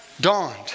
dawned